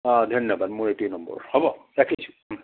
অঁ ধন্যবাদ মোৰ এইটোৱে নম্বৰ হ'ব ৰাখিছোঁ